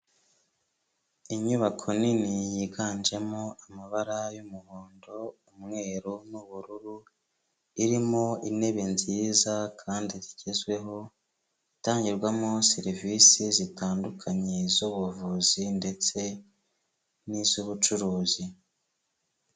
Inyubako nini yiganjemo amabara y'umuhondo, umweru n'ubururu, irimo intebe nziza kandi zigezweho, itangirwamo serivisi zitandukanye z'ubuvuzi ndetse n'iz'ubucuruzi.